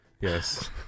Yes